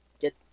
get